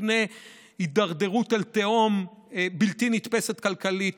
מפני הידרדרות בלתי נתפסת אל תהום כלכלי.